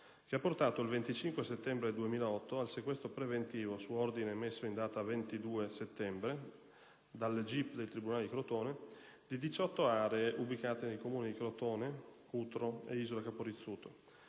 ha portato, il 25 settembre 2008, al sequestro preventivo, su ordine emesso in data 22 settembre 2008 dal Gip del tribunale di Crotone, di 18 aree ubicate nei Comuni di Crotone, Cutro (Kr) e Isola Capo Rizzuto